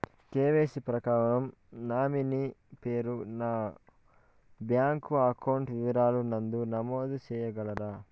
KYC ప్రకారం nominee పేరు ను బ్యాంకు అకౌంట్ వివరాల నందు నమోదు సేయగలరా?